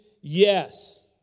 Yes